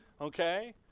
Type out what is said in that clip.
Okay